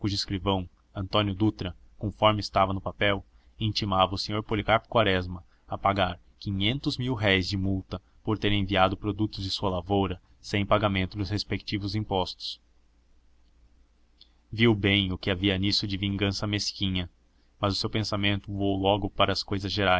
escrivão antonino dutra conforme estava no papel intimava o senhor policarpo quaresma a pagar quinhentos mil-réis de multa por ter enviado produtos de sua lavoura sem pagamento dos respectivos impostos viu bem o que havia nisso de vingança mesquinha mas o seu pensamento voou logo para as cousas